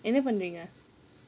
என்ன பண்ணீங்க:enna panneenga